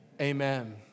Amen